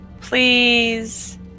Please